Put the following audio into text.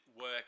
work